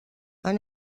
han